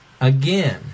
Again